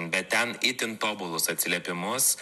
bet ten itin tobulus atsiliepimus